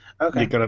Okay